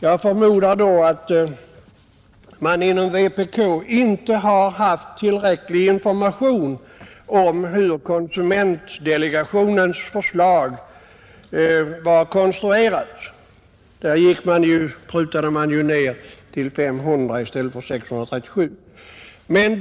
Jag förmodar att man inom vpk inte har haft tillräcklig information om hur konsumentdelegationens förslag var konstruerat, Där prutade man ju ner kompensationen till 500 miljoner kronor i stället för 637 miljoner.